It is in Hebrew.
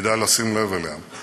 שצריך לשים לב אליה היא